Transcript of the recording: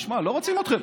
נשמע: לא רוצים אתכם.